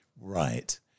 right